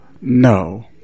No